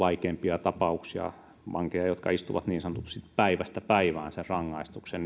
vankiloiden vaikeimpia tapauksia vankeja jotka istuvat niin sanotusti päivästä päivään sen rangaistuksen